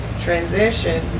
transition